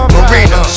Marina